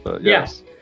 yes